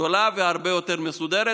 גדולה והרבה יותר מסודרת.